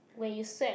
when you sweat